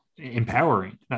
empowering